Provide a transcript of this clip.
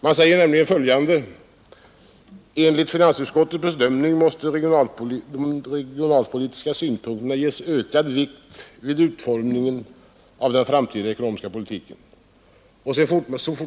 Man säger nämligen följande: ”Enligt finansutskottets bedömning måste de regionalpolitiska synpunkterna ges ökad vikt vid utformningen av den framtida ekonomiska politiken.